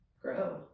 grow